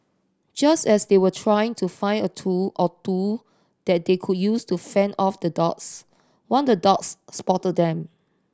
just as they were trying to find a tool or two that they could use to fend off the dogs one the dogs spot them